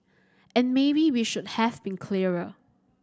and maybe we should have been clearer